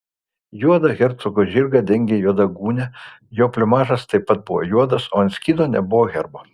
juodą hercogo žirgą dengė juoda gūnia jo pliumažas taip pat buvo juodas o ant skydo nebuvo herbo